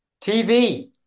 TV